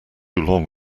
long